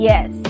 Yes